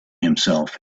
himself